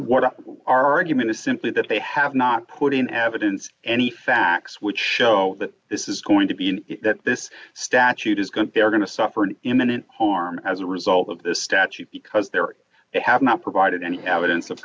human is simply that they have not put in evidence any facts which show that this is going to be an that this statute is going to be are going to suffer an imminent harm as a result of this statute because there are they have not provided any evidence of